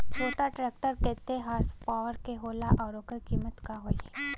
छोटा ट्रेक्टर केतने हॉर्सपावर के होला और ओकर कीमत का होई?